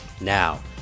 Now